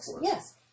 Yes